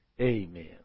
Amen